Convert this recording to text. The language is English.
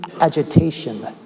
agitation